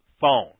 phone